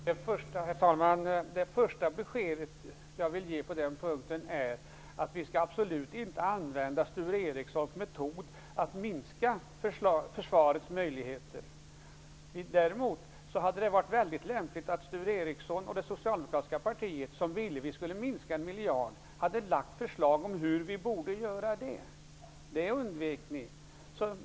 Herr talman! Det första besked som jag vill ge på den frågan är att vi absolut inte skall använda Sture Ericsons metod att minska försvarets möjligheter. Däremot hade det varit mycket lämpligt att Sture Ericson och det socialdemokratiska partiet, som ville att vi skulle minska anslaget med 1 miljard, hade lagt fram förslag till hur vi skulle kunna göra det. Det undvek ni.